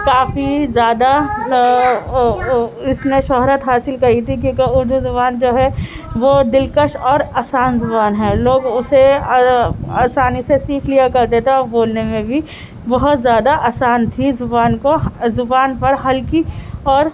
کافی زیادہ اس نے شہرت حاصل کری تھی کیوںکہ اردو زبان جو ہے وہ دلکش اور آسان زبان ہے لوگ اسے اورآسانی سے سیکھ لیا کرتے تھے اور بولنے میں بھی بہت زیادہ آسان تھی زبان کو زبان پر ہلکی اور